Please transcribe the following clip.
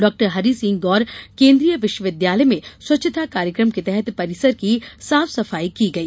doctor Harisingh Gour केन्द्रीय विश्वविद्यालय में स्वच्छता कार्यक्रम के तहत परिसर की साफ सफाई की गई